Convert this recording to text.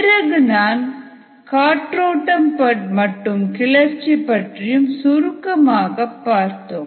பிறகு நாம் காற்றோட்டம் மற்றும் கிளர்ச்சி பற்றி சுருக்கமாக பார்த்தோம்